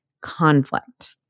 conflict